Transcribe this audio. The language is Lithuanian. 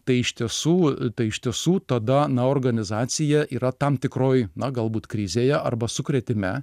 tai iš tiesų tai iš tiesų tada na organizacija yra tam tikroj na galbūt krizėje arba sukrėtime